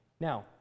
Now